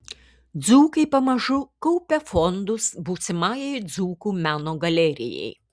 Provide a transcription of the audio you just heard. dzūkai pamažu kaupia fondus būsimajai dzūkų meno galerijai